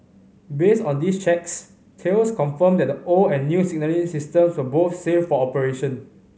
based on these checks Thales confirmed that the old and new signalling systems were both safe for operation